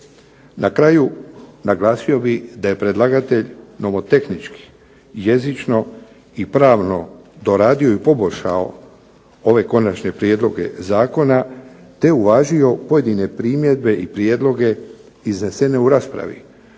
Na kraju naglasio bih da je predlagatelj nomotehnički, jezično i pravno doradio i poboljšao ove konačne prijedloge zakona, te uvažio pojedine primjedbe i prijedloge iznesene u raspravi